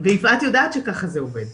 יפעת שאשא ביטון יודעת שככה זה עובד.